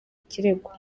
ikirego